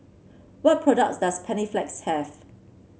what products does Panaflex have